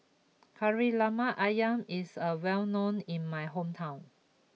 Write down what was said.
Kari Lemak Ayam is a well known in my hometown